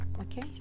Okay